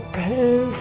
pain